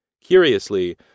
Curiously